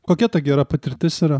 kokia ta gera patirtis yra